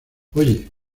oye